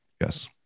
Yes